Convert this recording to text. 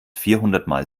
vierhundertmal